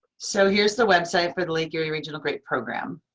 so here's the website for the lake erie regional grape program.